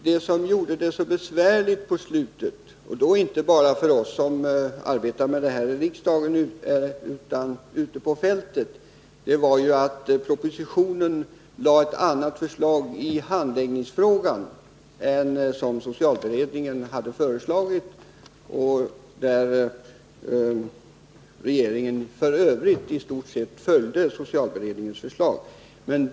Det som gjorde det så besvärligt på slutet, inte bara för oss som arbetat med den i riksdagen utan också för dem som verkar ute på fältet, var att propositionen innehöll ett annat förslag i handläggningsfrågan än det som hade framlagts av socialberedningen. I övrigt följde regeringen i stort sett socialberedningens förslag.